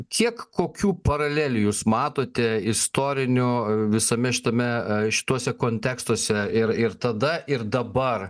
kiek kokių paralelių jūs matote istorinių visame šitame šituose kontekstuose ir ir tada ir dabar